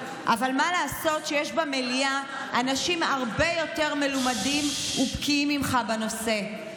מה לעשות שיש במליאה אנשים הרבה יותר מלומדים ובקיאים ממך בנושא,